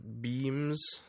beams